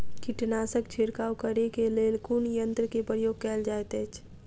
कीटनासक छिड़काव करे केँ लेल कुन यंत्र केँ प्रयोग कैल जाइत अछि?